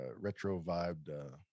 retro-vibed